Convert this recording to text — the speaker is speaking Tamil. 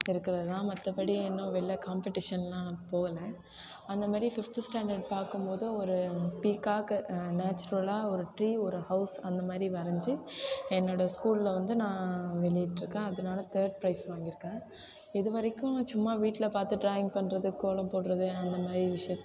இருக்கிறதுதான் மற்றபடி இன்னும் வெளில காம்பட்டீஷன்லாம் நான் போகல அந்தமாதிரி ஃபிஃப்த்து ஸ்டாண்டர்ட் பார்க்கும்போது ஒரு பீகாக்கு நேச்சுரலாக ஒரு ட்ரீ ஒரு ஹவுஸ் அந்தமாதிரி வரைஞ்சி என்னோடய ஸ்கூலில் வந்து நான் வெளியிட்டிருக்கேன் அதனால தேர்ட் ப்ரைஸ் வாங்கியிருக்கேன் இதுவரைக்கும் சும்மா வீட்டில் பார்த்து ட்ராயிங் பண்ணுறது கோலம் போடுறது அந்தமாதிரி விஷயத்